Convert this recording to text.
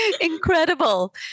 Incredible